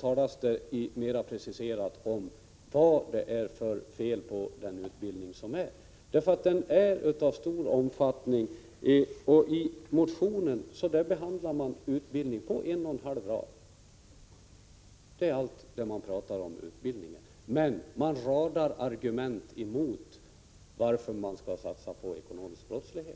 talas det mera preciserat om vad det är för fel på den utbildning som nu bedrivs och som är av stor omfattning. I motionen behandlar man utbildningen på en och en halv rad. Det är allt som sägs om utbildningen. Däremot radar man upp argument mot en satsning på bekämpandet av ekonomisk brottslighet.